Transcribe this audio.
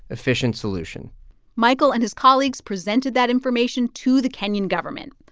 efficient solution michael and his colleagues presented that information to the kenyan government.